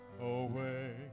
away